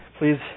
Please